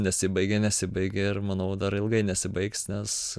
nesibaigia nesibaigia ir manau dar ilgai nesibaigs nes